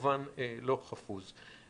כמובן לא חפוז.